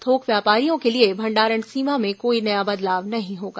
थोक व्यापारियों के लिए भंडारण सीमा में कोई नया बदलाव नहीं होगा